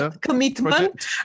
commitment